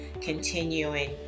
continuing